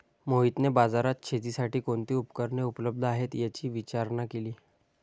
मोहितने बाजारात शेतीसाठी कोणती उपकरणे उपलब्ध आहेत, याची विचारणा केली